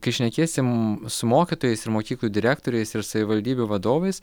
kai šnekiesi m su mokytojais ir mokyklų direktoriais ir savivaldybių vadovais